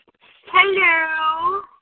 Hello